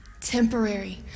temporary